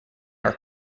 are